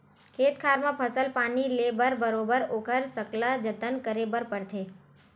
खेत खार म फसल पानी ले बर बरोबर ओखर सकला जतन करे बर परथे